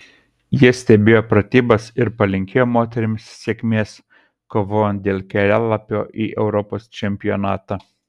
jie stebėjo pratybas ir palinkėjo moterims sėkmės kovojant dėl kelialapio į europos čempionatą